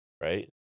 right